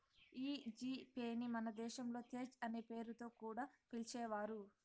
ఈ G Pay ని మన దేశంలో తేజ్ అనే పేరుతో కూడా పిలిచేవారు